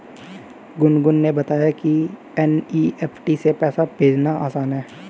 गुनगुन ने बताया कि एन.ई.एफ़.टी से पैसा भेजना आसान है